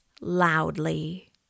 loudly